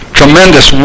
tremendous